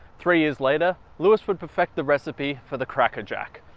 three years later louis would perfect the recipe for the cracker jack.